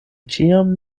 ĉiam